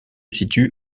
situe